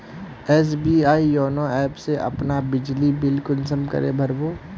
SBI YONO app से अपना बिजली बिल कुंसम करे भर बो?